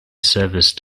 service